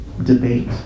Debate